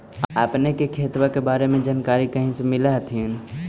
अपने के खेतबा के बारे मे जनकरीया कही से मिल होथिं न?